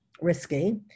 risky